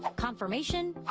confirmation,